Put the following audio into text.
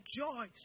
joy